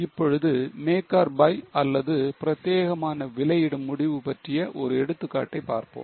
இப்பொழுது make or buy அல்லது பிரத்தியேகமான விலையிடும் முடிவு பற்றிய ஒரு எடுத்துக்காட்டை பார்ப்போம்